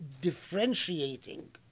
differentiating